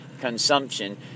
consumption